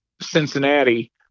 Cincinnati